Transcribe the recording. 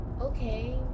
okay